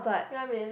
ya man